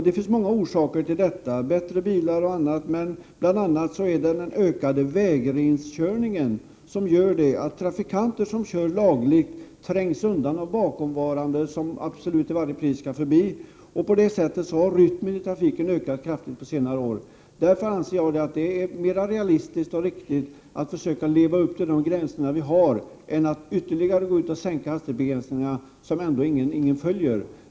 Det finns många orsaker till det, bättre bilar och annat. Men bl.a. är det den ökade vägrenskörningen som gör att trafikanter som kör lagligt drivs undan av bakomvarande som absolut till varje pris skall förbi. På det sättet har rytmen i trafiken ökat kraftigt på senare år. Därför anser jag att det är mera realistiskt och riktigt att försöka leva upp till de gränser vi har än att gå ut och ytterligare sänka hastigheterna, något som ändå ingen följer.